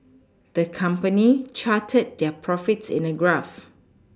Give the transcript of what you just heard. the company charted their profits in a graph